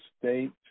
State